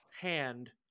hand